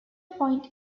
point